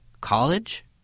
College